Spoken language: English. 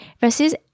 versus